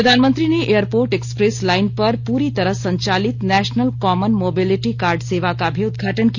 प्रधानमंत्री ने airport express line पर पूरी तरह संचालित नेशनल कॉमन मोबिलिटी कार्ड सेवा का भी उद्घाटन किया